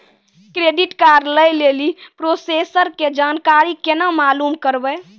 Credit card लय लेली process के जानकारी केना मालूम करबै?